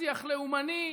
בשיח לאומני,